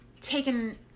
taken